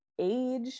age